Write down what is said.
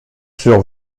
sur